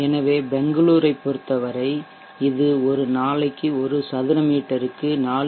எனவே பெங்களூரைப் பொறுத்தவரை இது ஒரு நாளைக்கு ஒரு சதுரமீட்டர் க்கு 4